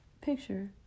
Picture